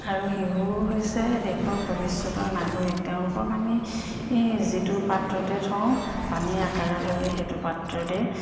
আৰু শিশু হৈছে দেশৰ ভৱিষ্যতৰ নাগৰিক তেওঁলোকক আমি যিটো পাত্ৰতে থওঁ পানীৰ আকাৰৰ দৰে সেইটো পাত্ৰতে